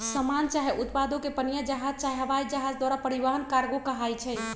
समान चाहे उत्पादों के पनीया जहाज चाहे हवाइ जहाज द्वारा परिवहन कार्गो कहाई छइ